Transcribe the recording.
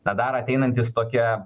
bet dar ateinantys tokie